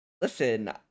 Listen